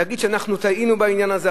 להגיד: אנחנו טעינו בעניין הזה,